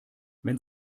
wenn